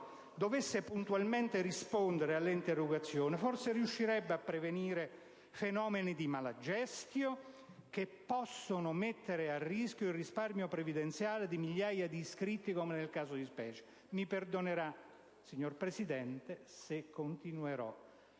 rispondesse puntualmente alle interrogazioni forse riuscirebbe a prevenire fenomeni di *mala gestio* che possono mettere a rischio il risparmio previdenziale di migliaia di iscritti, come nel caso di specie. Mi perdonerà, signor Presidente, se continuerò